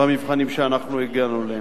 במבחנים שהגענו אליהם,